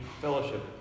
fellowship